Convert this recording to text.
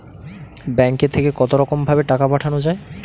ব্যাঙ্কের থেকে কতরকম ভাবে টাকা পাঠানো য়ায়?